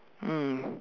mm